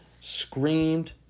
screamed